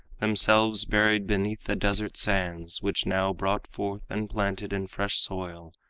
themselves buried beneath the desert sands, which now brought forth, and planted in fresh soil,